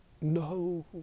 no